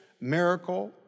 miracle